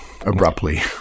abruptly